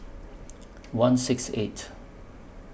one six eight